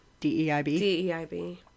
DEIB